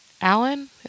Alan